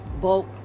bulk